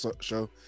show